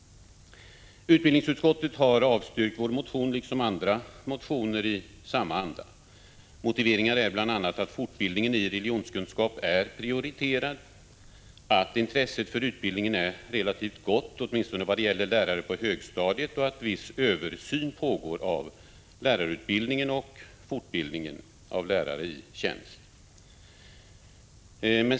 Utbildningsutskottet har avstyrkt vår motion, liksom andra motioner i samma anda. Motiveringarna är bl.a. att fortbildningen i religionskunskap redan är prioriterad, att intresset för utbildningen är relativt gott, åtminstone vad gäller lärare på högstadiet, och att viss översyn pågår av lärarutbildningen och fortbildningen av lärare i tjänst.